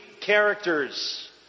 characters